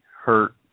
hurt